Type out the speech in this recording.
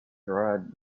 trod